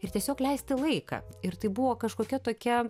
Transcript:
ir tiesiog leisti laiką ir tai buvo kažkokia tokia